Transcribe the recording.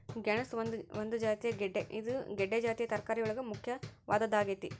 ಗೆಣಸ ಒಂದು ಜಾತಿಯ ಗೆಡ್ದೆ ಇದು ಗೆಡ್ದೆ ಜಾತಿಯ ತರಕಾರಿಯೊಳಗ ಮುಖ್ಯವಾದದ್ದಾಗೇತಿ